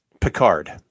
Picard